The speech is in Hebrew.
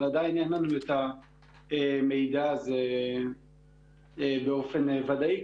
אבל עדיין אין לנו את המידע הזה באופן ודאי,